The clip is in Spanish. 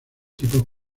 tipos